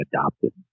adopted